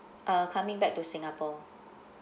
uh coming back to singapore